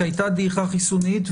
כי הייתה דעיכה חיסונית,